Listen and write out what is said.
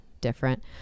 different